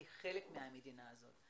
אני חלק מהמדינה הזאת.